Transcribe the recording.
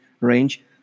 range